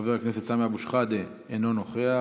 חבר הכנסת סמי אבו שחאדה, אינו נוכח,